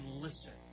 listen